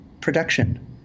production